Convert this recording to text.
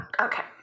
Okay